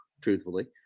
truthfully